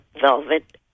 velvet